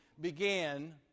began